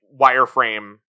wireframe